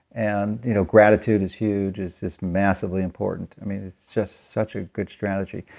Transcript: and you know gratitude is huge, is is massively important. i mean, it's just such a good strategy.